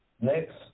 Next